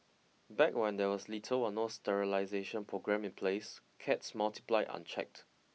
back when there was little or no sterilization program in place cats multiplied unchecked